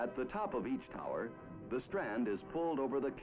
at the top of each tower the strand is pulled over the